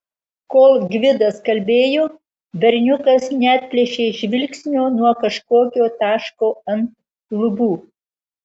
kol gvidas kalbėjo berniukas neatplėšė žvilgsnio nuo kažkokio taško ant lubų